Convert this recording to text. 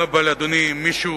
היה בא לאדוני מישהו,